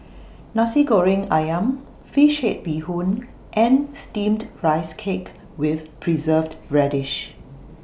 Nasi Goreng Ayam Fish Head Bee Hoon and Steamed Rice Cake with Preserved Radish